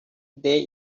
there